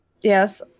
Yes